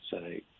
say